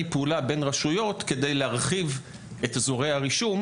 פעולה בין רשויות כדי להרחיב את אזורי הרישום.